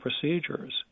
procedures